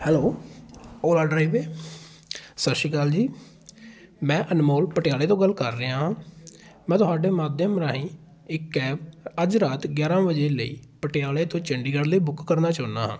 hello Ola driveway ਸਤਿ ਸ਼੍ਰੀ ਅਕਾਲ ਜੀ ਮੈਂ ਅਨਮੋਲ ਪਟਿਆਲੇ ਤੋਂ ਗੱਲ ਕਰ ਰਿਹਾ ਮੈਂ ਤੁਹਾਡੇ ਮਾਧਿਅਮ ਰਾਹੀਂ ਇੱਕ ਕੈਬ ਅੱਜ ਰਾਤ ਗਿਆਰਾਂ ਵਜੇ ਲਈ ਪਟਿਆਲੇ ਤੋਂ ਚੰਡੀਗੜ੍ਹ ਲਈ ਬੁੱਕ ਕਰਨਾ ਚਾਹੁੰਦਾ ਹਾਂ